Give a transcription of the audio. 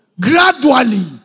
Gradually